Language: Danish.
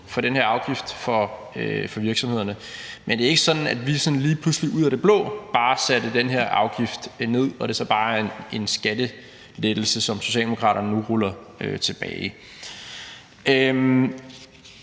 med den her afgift. Men det er ikke sådan, at vi sådan lige pludselig ud af det blå bare satte den her afgift ned, og at det så bare er en skattelettelse, som Socialdemokratiet har rullet tilbage. Jeg